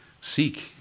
Seek